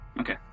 Okay